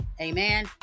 Amen